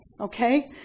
Okay